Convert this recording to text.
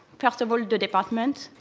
first of all, the department,